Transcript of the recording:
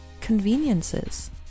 Conveniences